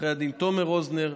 עורכי הדין תומר רוזנר,